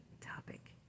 topic